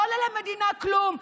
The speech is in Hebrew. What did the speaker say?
לא עולה למדינה כלום.